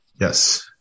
Yes